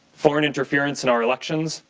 foreign interference in our elections,